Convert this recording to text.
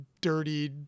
dirty